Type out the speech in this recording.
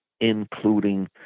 including